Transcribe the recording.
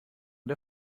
der